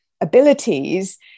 abilities